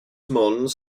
mons